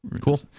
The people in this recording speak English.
Cool